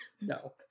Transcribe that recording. No